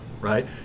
right